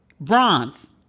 Bronze